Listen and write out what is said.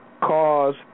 cause